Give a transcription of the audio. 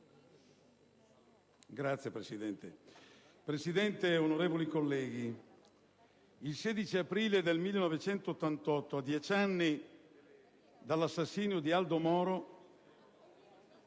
Presidente, onorevoli colleghi, il 16 aprile 1988, a dieci anni dall'assassinio di Aldo Moro,